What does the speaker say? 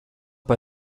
bei